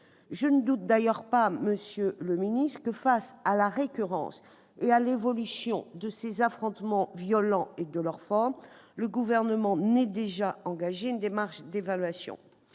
Je ne doute d'ailleurs pas, monsieur le secrétaire d'État, que face à la récurrence, à l'évolution de ces affrontements violents et de leurs formes, le Gouvernement n'ait déjà engagé une démarche d'évaluation.